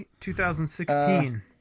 2016